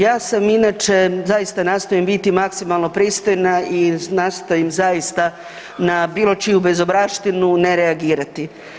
Ja sam inače zaista nastojim biti maksimalno pristojna i nastojim zaista na bilo čiju bezobraštinu ne reagirati.